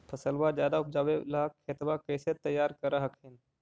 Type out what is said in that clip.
फसलबा ज्यादा उपजाबे ला खेतबा कैसे तैयार कर हखिन?